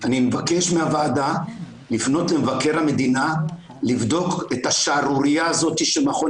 אני מבקש מהוועדה לפנות למבקר המדינה לבדוק את השערורייה הזאת של מכון